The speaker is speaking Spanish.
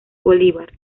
bolívar